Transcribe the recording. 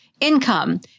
income